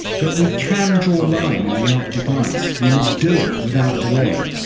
but we can draw a line in the arctic ice. we must do it without delay.